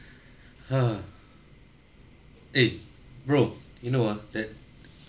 ha eh bro you know ah that